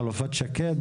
חלופת שקד